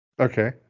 Okay